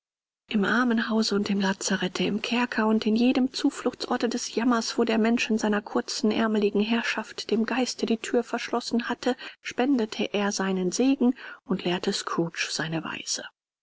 im armenhause und im lazarette im kerker und in jedem zufluchtsorte des jammers wo der mensch in seiner kurzen ärmlichen herrschaft dem geiste die thür verschlossen hatte spendete er seinen segen und lehrte scrooge seine weise